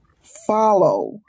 follow